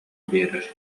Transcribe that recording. биэрэр